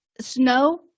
snow